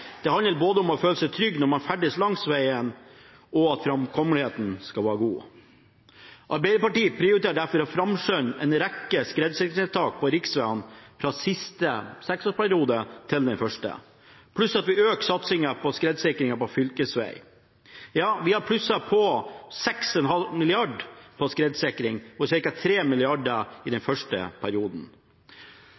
Det handler både om å føle seg trygg når man ferdes langs vegen, og om at framkommeligheten skal være god. Arbeiderpartiet prioriterer derfor å framskynde en rekke skredsikringstiltak på riksvegene fra siste til første seksårsperiode, pluss en økt satsing på skredsikring på fylkesveg. Vi har plusset på 6,5 mrd. kr til skredsikring, ca. 3 mrd. kr av disse i den første